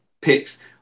picks